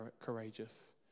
courageous